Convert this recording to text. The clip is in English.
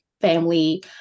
family